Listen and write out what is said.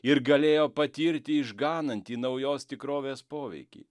ir galėjo patirti išganantį naujos tikrovės poveikį